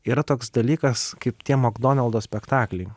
yra toks dalykas kaip tie makdonaldo spektakliai